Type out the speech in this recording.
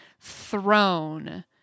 thrown